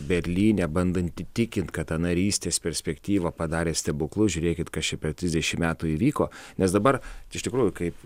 berlyne bandant įtikint kad ta narystės perspektyva padarė stebuklus žiūrėkit kas čia per trisdešim metų įvyko nes dabar iš tikrųjų kaip